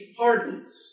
pardons